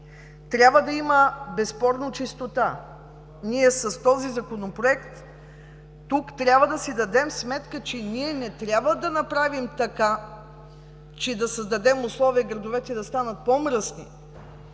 Трябва да има безспорно чистота. С този Законопроект тук трябва да си дадем сметка, че ние не трябва да направим така, че да създадем условия градовете да станат по-мръсни,